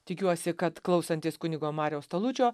tikiuosi kad klausantis kunigo mariaus talučio